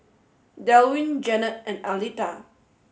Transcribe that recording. Delwin Janet and Aleta